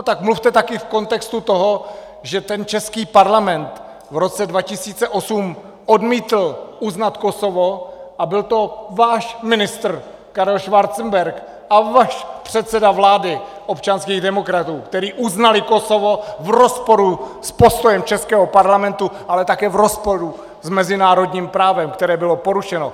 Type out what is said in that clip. Tak mluvte také v kontextu toho, že český Parlament v roce 2008 odmítl uznat Kosovo, a byl to váš ministr Karel Schwarzenberg a váš předseda vlády občanských demokratů, kteří uznali Kosovo v rozporu s postojem českého Parlamentu, ale také v rozporu s mezinárodním právem, které bylo porušeno.